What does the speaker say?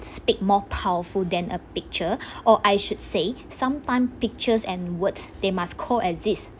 speak more powerful than a picture or I should say some time pictures and words they must co exist